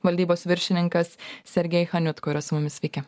valdybos viršininkas sergej chaniut kuris su mumis sveiki